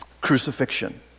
crucifixion